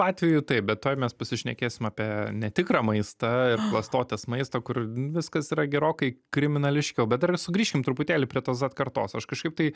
atvejų taip bet tuoj mes pasišnekėsim apie netikrą maistą ir klastotes maisto kur viskas yra gerokai kriminališkiau bet dar sugrįžkim truputėlį prie tos zed kartos aš kažkaip tai